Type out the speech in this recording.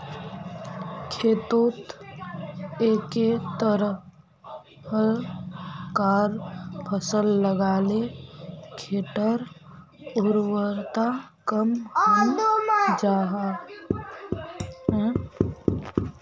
खेतोत एके तरह्कार फसल लगाले खेटर उर्वरता कम हन जाहा